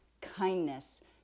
kindness